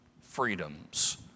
freedoms